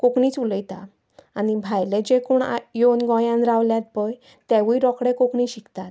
कोंकणीच उलयता आनी भायले जे कोण येवन गोंयान रावल्यात पळय तेवूय रोकडे कोंकणी शिकतात